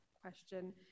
question